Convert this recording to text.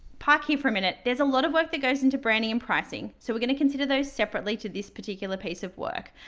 park here for a minute. there's a lot of work that goes into branding and pricing. so we're going to consider those separately to this particular piece of work.